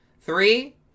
Three